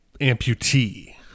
amputee